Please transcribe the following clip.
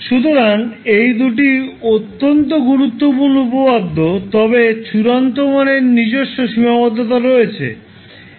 সুতরাং এই দুটি অত্যন্ত গুরুত্বপূর্ণ উপপাদ্য তবে চূড়ান্ত মানের নিজস্ব সীমাবদ্ধতা রয়েছে